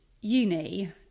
uni